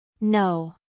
No